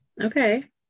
okay